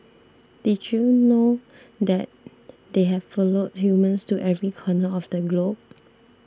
did you know that they have followed humans to every corner of the globe